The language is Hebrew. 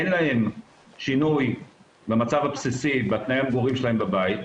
אין להם שינוי במצב הבסיסי בתנאי המגורים שלהם בבית,